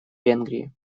венгрии